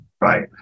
right